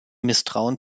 misstrauen